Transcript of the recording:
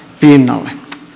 pinnalle